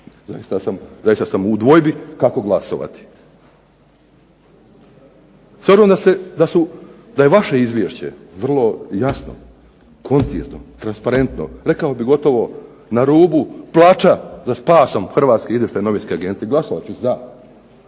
Zaista sam u dvojbi kako glasovati. S obzirom da je vaše Izvješće vrlo jasno, koncizno, transparentno rekao bih gotovo na rubu plača za spasom Hrvatske izvještajne novinske agencije. Glasovat ću za,